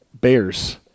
bears